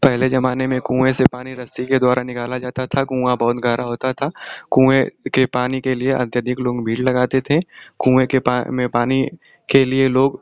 पहले जमाने में कुएँ से पानी रस्सी के द्वारा निकाला जाता था कुआँ बहुत गहरा होता था कुएँ के पानी के लिए अत्यधिक लोग भीड़ लगाते थे कुएँ के पा में पानी के लिए लोग